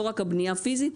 לא רק הבנייה פיזית,